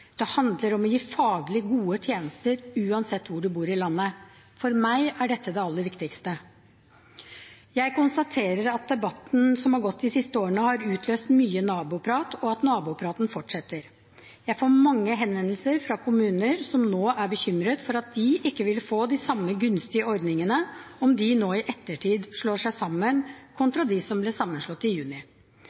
det handler om å gi faglig gode tjenester uansett hvor man bor i landet. For meg er dette det aller viktigste. Jeg konstaterer at debatten som har gått de siste årene, har utløst mye naboprat, og at nabopraten fortsetter. Jeg får mange henvendelser fra kommuner som nå er bekymret for at de ikke vil få de samme gunstige ordningene om de nå i ettertid slår seg sammen, kontra dem som ble sammenslått i juni.